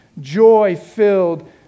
joy-filled